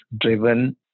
driven